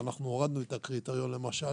ואנחנו הורדנו את הקריטריון למשל,